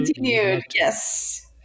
Yes